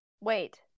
Wait